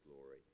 glory